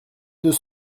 deux